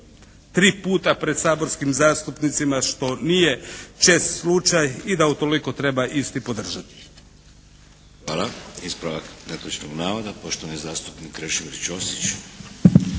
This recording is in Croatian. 3 puta pred saborskim zastupnicima, što nije čest slučaj i da utoliko treba isti podržati. **Šeks, Vladimir (HDZ)** Hvala. Ispravak netočnog navoda, poštovani zastupnik Krešimir Ćosić.